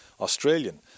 Australian